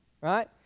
Right